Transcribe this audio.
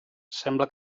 sembla